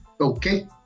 Okay